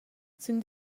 sün